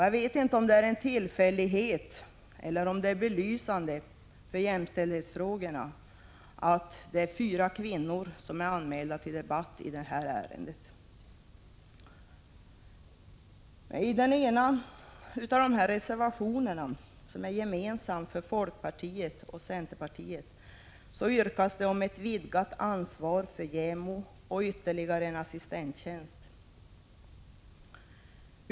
Jag vet inte om det är en tillfällighet eller om det är belysande för jämställdhetsfrågorna att det är fyra kvinnor som är anmälda till debatt i det här ärendet. I den ena av reservationerna, som är gemensam för folkpartiet och centerpartiet, yrkas på ett vidgat ansvar för JämO och ytterligare en assistenttjänst.